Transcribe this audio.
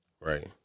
Right